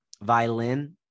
violin